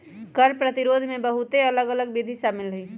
कर प्रतिरोध में बहुते अलग अल्लग विधि शामिल हइ